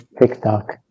TikTok